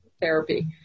therapy